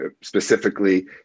specifically